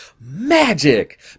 magic